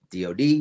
DOD